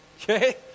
okay